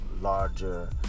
larger